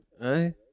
Hey